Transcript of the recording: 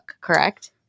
correct